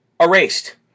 erased